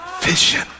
Vision